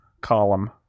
column